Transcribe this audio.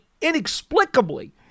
inexplicably